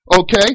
Okay